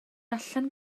allan